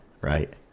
right